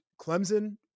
Clemson